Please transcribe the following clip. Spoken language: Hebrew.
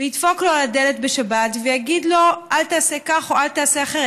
וידפוק לו על הדלת בשבת ויגיד לו: אל תעשה כך או אל תעשה אחרת.